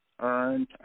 earned